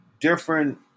different